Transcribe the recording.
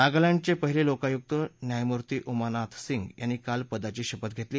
नागालँडचे पहिले लोकायुक्त न्यायमूर्ती उमा नाथ सिंग यांनी काल पदाची शपथ घेतली